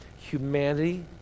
Humanity